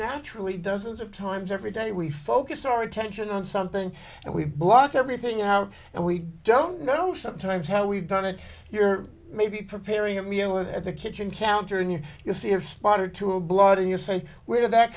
naturally dozens of times every day we focus our attention on something and we block everything out and we don't know sometimes how we've done it you're maybe preparing a meal or at the kitchen counter and you see your spot or two of blood and you say where did that